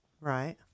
Right